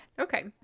Okay